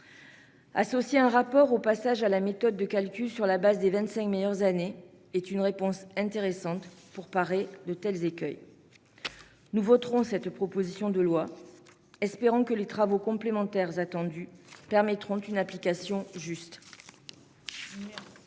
Associer un rapport au passage à la méthode de calcul sur la base des vingt-cinq meilleures années est une réponse intéressante pour éviter de tels écueils. Nous voterons cette proposition de loi, en espérant que les travaux complémentaires attendus permettront une application juste. La